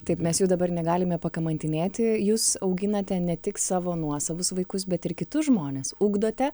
taip mes jų dabar negalime pakamantinėti jūs auginate ne tik savo nuosavus vaikus bet ir kitus žmones ugdote